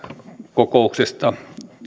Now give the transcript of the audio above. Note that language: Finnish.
kokouksesta